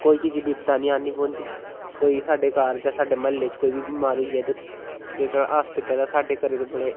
कोई किसी बिपता नी आनी पौंदी कोई साड्डे घर जां साढ़े म्हल्ले च कोई बी बमार होई जाए तां जेह्ड़ा हास्पिटल ऐ साड्डे घरै दे बड़े